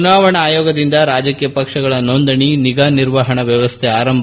ಚುನಾವಣಾ ಆಯೋಗದಿಂದ ರಾಜಕೀಯ ಪಕ್ಷಗಳ ನೋಂದಣಿ ನಿಗಾ ನಿರ್ವಹಣಾ ವ್ಯವಸ್ತೆ ಳು ಆರಂಭ